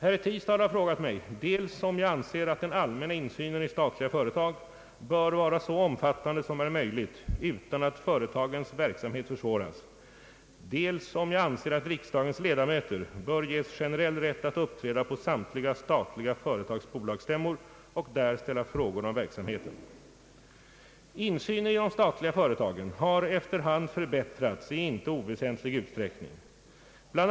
Herr Tistad har frågat mig, dels om jag anser att den allmänna insynen i statliga företag bör vara så omfattande som är möjligt utan att företagens verksamhet försvåras, dels om jag anser att riksdagens ledamöter bör ges generell rätt att uppträda på samtliga statliga företags bolagsstämmor och där ställa frågor om verksamheten. Insynen i de statliga företagen har efter hand förbättrats i inte oväsentlig utsträckning. BI.